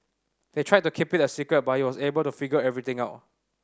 they tried to keep it a secret but he was able to figure everything out